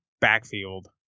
backfield